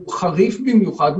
והוא חריף במיוחד,